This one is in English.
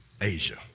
Asia